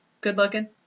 good-looking